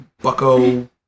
Bucko